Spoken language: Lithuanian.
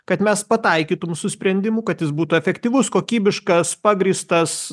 kad mes pataikytum su sprendimu kad jis būtų efektyvus kokybiškas pagrįstas